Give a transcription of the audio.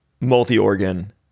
multi-organ